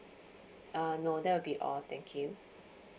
uh no that will be all thank you